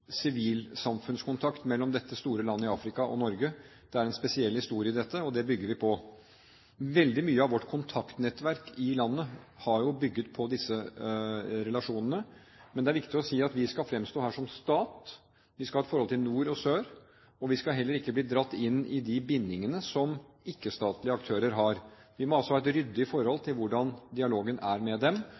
mellom dette store landet i Afrika og Norge ligger det en spesiell historie i, og det bygger vi på. Veldig mye av vårt kontaktnettverk i landet har jo bygget på disse relasjonene, men det er viktig å si at vi skal fremstå her som stat, vi skal ha et forhold til nord og sør, og vi skal heller ikke bli dratt inn i de bindingene som ikke-statlige aktører har. Vi må altså ha et ryddig forhold til hvordan dialogen med dem